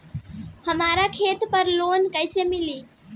हमरा खेत पर लोन कैसे मिली?